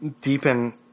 deepen